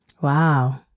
Wow